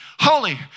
holy